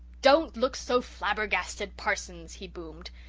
don't look so flabbergasted, parsons, he boomed.